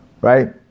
right